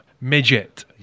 midget